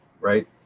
right